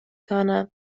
کنم